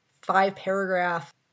five-paragraph